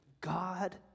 God